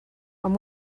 amb